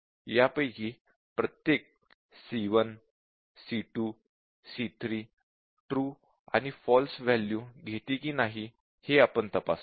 यापैकी प्रत्येक c1 c2 c3 true आणि फॉल्स वॅल्यू घेते की नाही हे आपण तपासतो